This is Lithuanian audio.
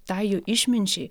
tai jų išminčiai